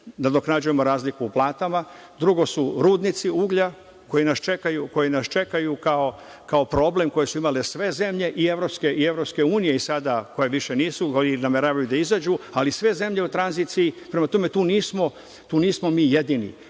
nadoknađujemo razliku u platama. Drugo su rudnici uglja, koji nas čekaju kao problem koji su imale sve zemlje i EU i sada koje više nisu ili nameravaju da izađu, ali sve zemlje u tranziciji. Prema tome, tu nismo mi jedini,